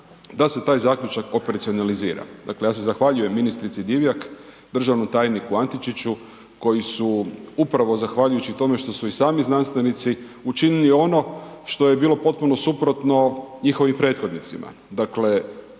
da se taj zaključak operacionalizira. Dakle, ja se zahvaljujem ministrici Divjak, državnom tajniku Antičiću, koji su upravo zahvaljujući tome što su i sami znanstvenici, učinili ono što je bilo potpuno suprotno njihovim prethodnicima.